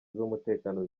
z’umutekano